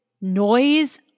noise